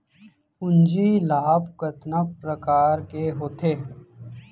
पूंजी लाभ कतना प्रकार के होथे?